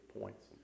points